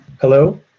hello